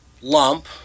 lump